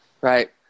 Right